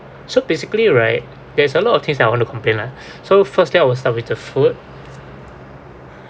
so basically right there's a lot of things that I want to complain lah so first thing I will start with the food